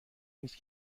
نیست